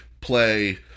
play